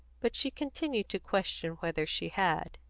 but she continued to question whether she had.